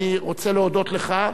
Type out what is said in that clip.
אני רוצה להודות לך,